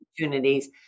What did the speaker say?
opportunities